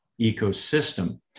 ecosystem